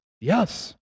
Yes